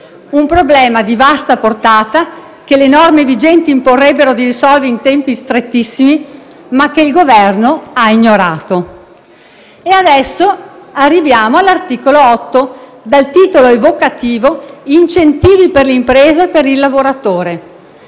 un problema di vasta portata, che le norme vigenti imporrebbero di risolvere in tempi strettissimi, ma che il Governo ha ignorato. L'articolo 8 del provvedimento ha un titolo evocativo: «Incentivi per le imprese e per il lavoratore».